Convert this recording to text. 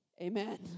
Amen